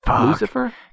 Lucifer